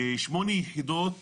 8 יחידות